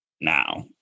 now